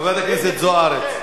חברת הכנסת אורית זוארץ.